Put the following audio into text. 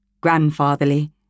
grandfatherly